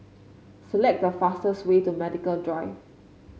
select the fastest way to Medical Drive